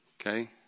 Okay